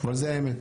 אבל זו האמת.